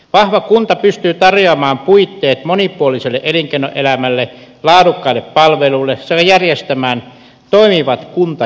vahva kunta pystyy tarjoamaan puitteet monipuoliselle elinkeinoelämälle laadukkaalle palvelulle sekä järjestämään toimivat kunta ja lähipalvelut